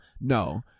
no